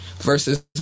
versus